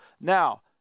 now